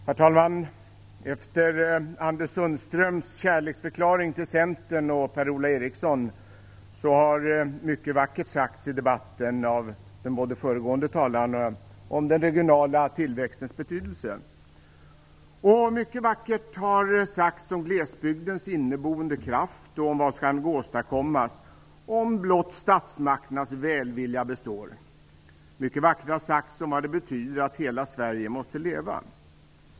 Herr talman! Efter Anders Sundströms kärleksförklaring till Centern och Per-Ola Eriksson har mycket vackert sagts i debatten av de föregående talarna om den regionala tillväxtens betydelse. Mycket vackert har också sagts om glesbygdens inneboende kraft och om vad som kan åstadkommas om blott statsmakternas välvilja består. Mycket vackert har sagts om vad det betyder att hela Sverige måste leva.